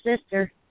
sister